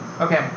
Okay